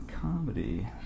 comedy